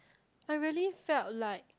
I really felt like